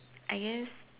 I guess